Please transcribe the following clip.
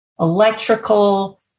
electrical